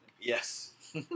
Yes